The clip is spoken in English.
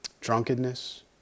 drunkenness